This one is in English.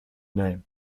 name